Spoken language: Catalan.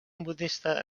modesta